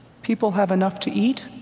people have enough to eat,